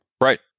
Right